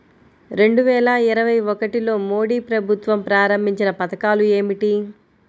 రెండు వేల ఇరవై ఒకటిలో మోడీ ప్రభుత్వం ప్రారంభించిన పథకాలు ఏమిటీ?